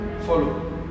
follow